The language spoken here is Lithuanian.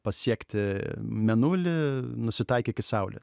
pasiekti mėnulį nusitaikyk į saulę